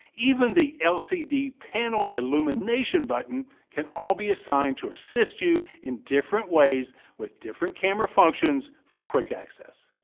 even the lcd panel illumination button can all be assigned to assist you in different ways with different camera functions for quick access.